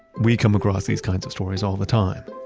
we come across these kinds of stories all the time,